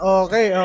okay